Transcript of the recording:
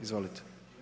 Izvolite.